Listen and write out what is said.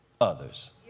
others